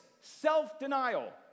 self-denial